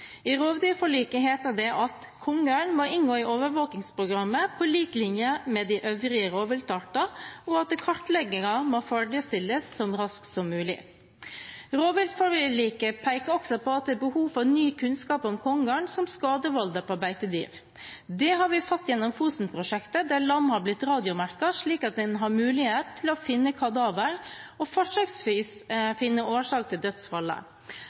I rovdyrforliket heter det: «Kongeørn må inngå i overvåkingsprogrammet på lik linje med de øvrige rovviltartene, og kartlegging må ferdigstilles så raskt som mulig.» Rovviltforliket peker også på at det er behov for ny kunnskap om kongeørn som skadevolder på beitedyr. Det har vi fått gjennom Midt-Norge-prosjektet på Fosen, der lam har blitt radiomerket, slik at en har mulighet til å finne kadaver og forsøksvis finne årsak til dødsfallet.